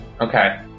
Okay